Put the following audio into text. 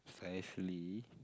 precisely